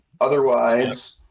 otherwise